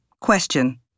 Question